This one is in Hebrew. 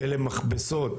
אלה מכבסות,